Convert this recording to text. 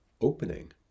opening